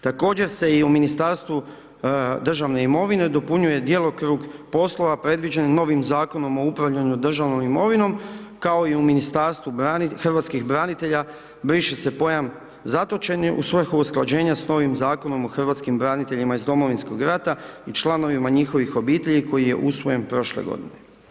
Također se i u Ministarstvu državne imovine dopunjuje djelokrug poslova predviđen novim Zakonom o upravljanju državnom imovinom, kao i u Ministarstvu hrvatskih branitelja, briše se pojam zatočeni u svrhu usklađenja s novim Zakonom o hrvatskih braniteljima iz Domovinskog rata i članovima njihovih obitelji koji je usvojen prošle godine.